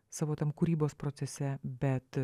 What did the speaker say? savo tam kūrybos procese bet